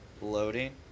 loading